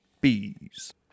bees